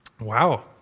Wow